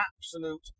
absolute